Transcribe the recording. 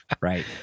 Right